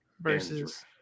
versus